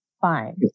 fine